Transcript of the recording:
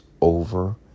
over